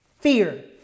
Fear